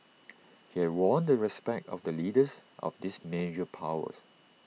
he had won the respect of the leaders of these major powers